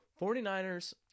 49ers